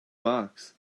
box